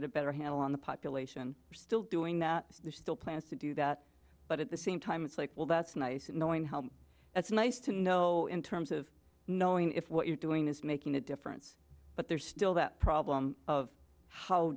get a better handle on the population still doing that there's still plans to do that but at the same time it's like well that's nice knowing it's nice to know in terms of knowing if what you're doing is making a difference but there's still that problem of how